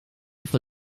for